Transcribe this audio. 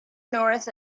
north